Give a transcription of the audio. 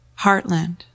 Heartland